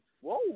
Whoa